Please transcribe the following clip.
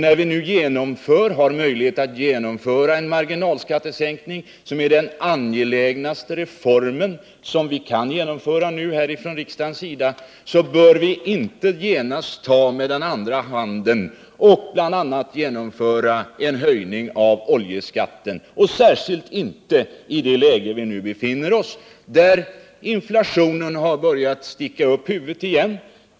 När vi nu har möjlighet att genomföra en marginalskattesänkning, som är den mest angelägna reform som vi kan genomföra från riksdagens sida, bör vi inte genast ta med den andra handen och bl.a. genomföra en höjning av oljeskatten — särskilt inte i det läge som vi nu befinner oss i, där inflationen har börjat sticka upp huvudet igen.